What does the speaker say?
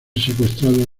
secuestrado